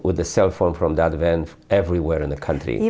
with the cell phone from that event everywhere in the country